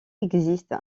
existe